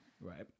Right